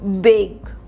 big